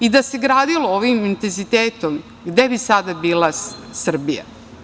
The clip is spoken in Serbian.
Da se gradilo ovim intenzitetom, gde bi sada bila Srbija?